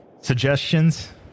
suggestions